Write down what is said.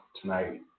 tonight